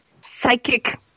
psychic